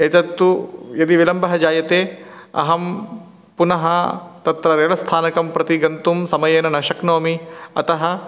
एतत्तु यदि विलम्बः जायते अहं पुनः तत्र रैलस्थानकं प्रति गन्तुं समयेन न शक्नोमि अतः